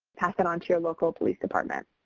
pass it on to your local police department.